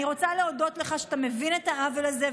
אני רוצה להודות לך שאתה מבין את העוול הזה,